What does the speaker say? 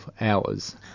hours